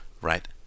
right